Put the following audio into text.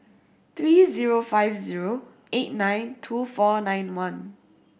three five eight nine two four nine one